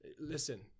Listen